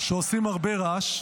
-- שעושים הרבה רעש.